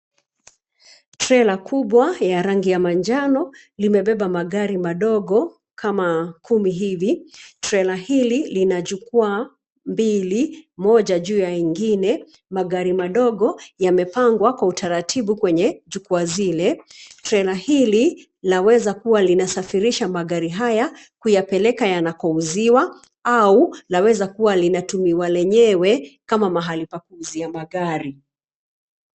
Trela kubwa ya rangi ya manjano limebeba magari madogo kama kumi hivi. Trela hili lina jukwaa mbili moja juu ya ingine. Magari ndogo yamepangwa kwa utaratibu kwenye jukwaa zile. Trela hili laweza kuwa linasafirisha magari haya kuyapeleka mahali yanakouziwa au laweza kuwa linatumiwa lenyewe kama mahali pa kuuzia magari.